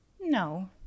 No